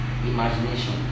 imagination